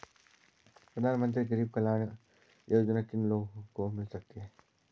प्रधानमंत्री गरीब कल्याण योजना किन किन लोगों को मिल सकती है?